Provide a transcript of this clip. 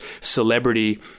celebrity